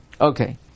Okay